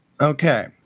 Okay